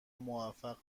موفق